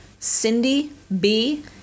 cindyb